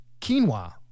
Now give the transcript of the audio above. quinoa